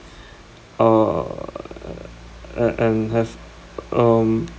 err and and have um